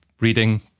reading